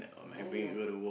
I know